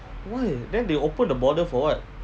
why then they open the border for [what]